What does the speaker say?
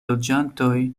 loĝantoj